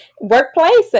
workplace